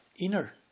inner